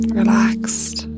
relaxed